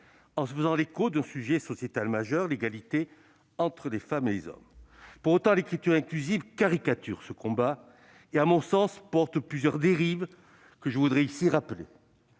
en se faisant l'écho d'un sujet sociétal majeur : l'égalité entre les femmes et les hommes. Pour autant, l'écriture inclusive caricature ce combat et, à mon sens, porte plusieurs dérives, que je veux rappeler